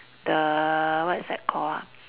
the what is that call ah